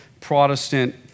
Protestant